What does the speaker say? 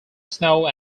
snow